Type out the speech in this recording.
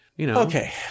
Okay